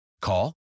Call